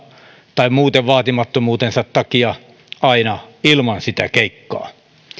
tai muuten vaatimattomuutensa takia aina ilman sitä keikkaa